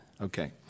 Okay